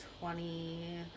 twenty